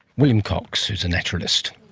william cox, who is a naturalist,